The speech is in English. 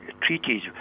treaties